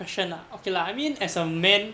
okay lah I mean as our men